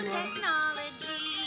technology